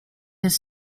his